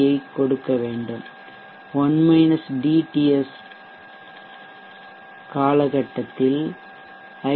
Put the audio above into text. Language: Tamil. யைக் கொடுக்க வேண்டும் TS காலகட்டத்தில் ஐ